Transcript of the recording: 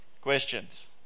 Questions